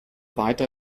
weiter